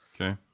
Okay